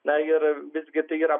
na ir visgi tai yra